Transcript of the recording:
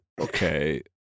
Okay